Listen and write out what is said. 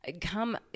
come